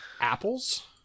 apples